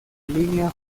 línea